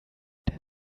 der